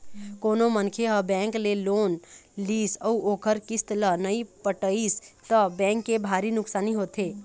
कोनो मनखे ह बेंक ले लोन लिस अउ ओखर किस्त ल नइ पटइस त बेंक के भारी नुकसानी होथे